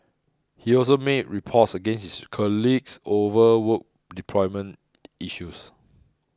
he also made reports against his colleagues over work deployment issues